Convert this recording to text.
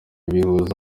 bihuza